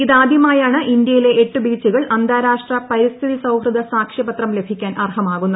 ഇതാദ്യമായാണ് ഇന്ത്യയിലെ എട്ടു ബീച്ചുകൾ അന്താരാഷ്ട്ര പ്രിസ്ഥിതി സൌഹൃദ സാക്ഷ്യപത്രം ലഭിക്കാൻ അർഹമാകുന്നത്